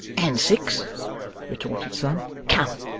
and six retorted slum. come.